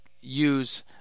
use